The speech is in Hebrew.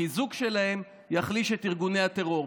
חיזוק שלהם יחליש את ארגוני הטרור.